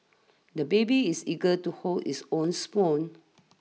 the baby is eager to hold his own spoon